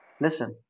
Listen